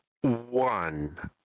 one